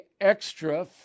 extra